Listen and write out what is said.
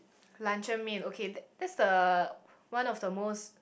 luncheon meat ok th~ that's the one of the most